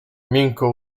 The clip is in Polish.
miękko